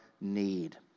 need